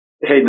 Hey